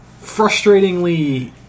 frustratingly